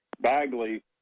Bagley